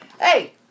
Hey